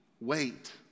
wait